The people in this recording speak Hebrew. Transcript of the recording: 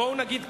בוא נגיד כך: